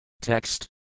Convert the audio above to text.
Text